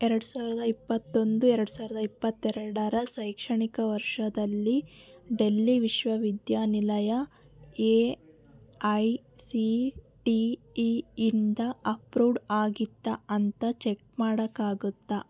ಎರಡು ಸಾವಿರದ ಇಪ್ಪತ್ತೊಂದು ಎರಡು ಸಾವಿರದ ಇಪ್ಪತ್ತೆರಡರ ಶೈಕ್ಷಣಿಕ ವರ್ಷದಲ್ಲಿ ಡೆಲ್ಲಿ ವಿಶ್ವವಿದ್ಯಾನಿಲಯ A I C T E ಇಂದ ಅಪ್ರೂವ್ಡ್ ಆಗಿತ್ತಾ ಅಂತ ಚೆಕ್ ಮಾಡೋಕ್ಕಾಗುತ್ತಾ